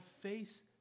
face